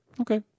Okay